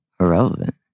irrelevant